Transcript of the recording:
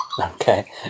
Okay